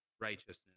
righteousness